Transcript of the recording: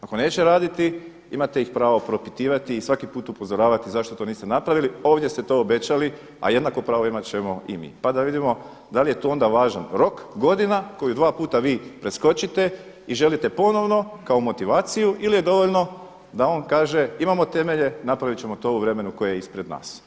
Ako neće raditi imate ih pravo propitivati i svaki put upozoravati zašto to niste napravili, ovdje ste to obećali a jednako pravo imat ćemo i mi pa da vidimo da li je tu onda važan rok, godinu koju dva puta vi preskočite i želite ponovno kao motivaciju ili je dovoljno da on kaže imamo temelje, napravit ćemo to u vremenu koje je ispred nas.